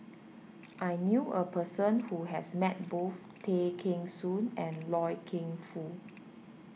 I knew a person who has met both Tay Kheng Soon and Loy Keng Foo